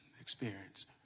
experience